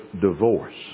divorce